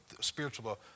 spiritual